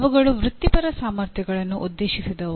ಅವುಗಳು ವೃತ್ತಿಪರ ಸಾಮರ್ಥ್ಯಗಳನ್ನು ಉದ್ದೇಶಿಸಿದವು